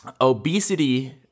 Obesity